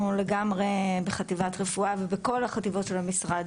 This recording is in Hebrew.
לגמרי בחטיבת רפואה ובכל החטיבות של המשרד,